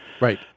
Right